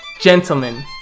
Gentlemen